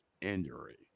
injury